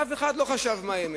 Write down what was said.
אף אחד לא חשב מה האמת.